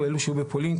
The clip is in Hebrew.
אלו שהיו בפולין,